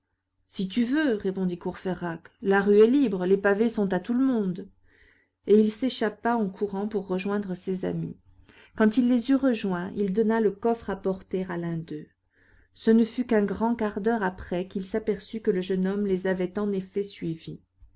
si tu veux répondit courfeyrac la rue est libre les pavés sont à tout le monde et il s'échappa en courant pour rejoindre ses amis quand il les eut rejoints il donna le coffre à porter à l'un d'eux ce ne fut qu'un grand quart d'heure après qu'il s'aperçut que le jeune homme les avait en effet suivis